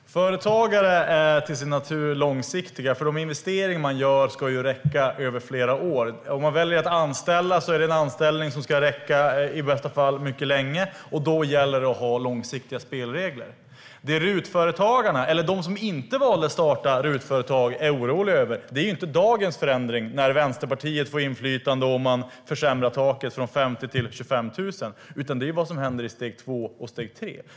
Herr talman! Företagare är till sin natur långsiktiga i sitt agerande. De investeringar de gör ska räcka över flera år. Om de väljer att anställa ska anställningen i bästa fall räcka mycket länge. Då gäller det att ha långsiktiga spelregler. Vad företagare som inte valt att starta RUT-företag är oroliga över är inte dagens förändring när Vänsterpartiet får inflytande och taket försämras från 50 000 till 25 000, utan det är vad som händer i steg två och steg tre.